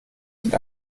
sind